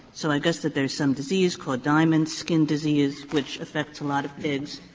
so i guess that there is some disease called diamond skin disease which affects a lot of pigs,